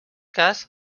cas